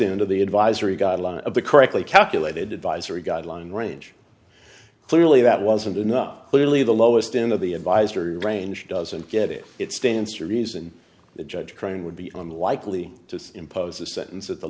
end of the advisory guideline of the correctly calculated advisory guideline range clearly that wasn't enough clearly the lowest in of the advisory range doesn't get it it stands to reason the judge crying would be unlikely to impose a sentence at the